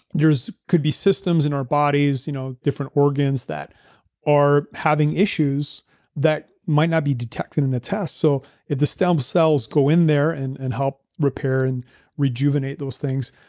there's could be systems in our bodies, you know different organs that are having issues that might not be detected in a test. so if the stem cells go in there and and help repair and rejuvenate those things,